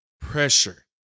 pressure